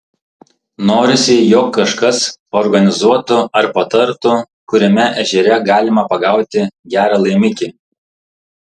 norisi jog kažkas paorganizuotų ar patartų kuriame ežere galima pagauti gerą laimikį